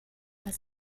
was